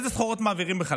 אילו סחורות מעבירים בכלל?